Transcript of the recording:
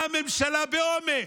באה הממשלה באומץ,